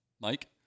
Mike